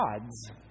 gods